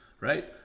right